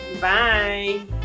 Bye